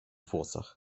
włosach